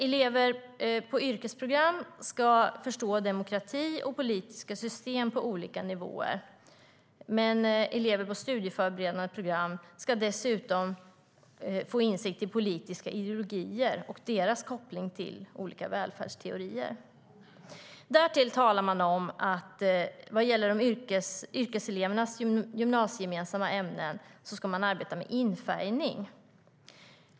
Elever på yrkesprogram ska förstå demokrati och politiska system på olika nivåer, men elever på studieförberedande program ska dessutom få insikt i politiska ideologier och hur dessa är kopplade till olika välfärdsteorier. Därtill talar man om att man ska arbeta med infärgning när det gäller yrkeselevernas gymnasieförberedande ämnen.